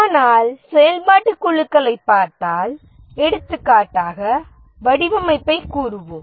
ஆனால் செயல்பாட்டுக் குழுக்களைப் பார்த்தால் எடுத்துக்காட்டாக வடிவமைப்பைக் கூறுவோம்